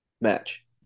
match